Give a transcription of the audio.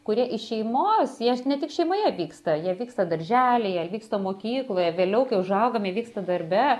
kurie iš šeimos jie ne tik šeimoje vyksta jie vyksta darželyje ir vyksta mokykloje vėliau kai užaugame vyksta darbe